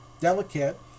Delicate